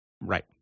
right